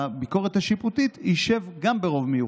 בביקורת השיפוטית יישב גם ברוב מיוחס.